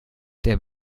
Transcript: der